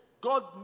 God